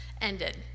ended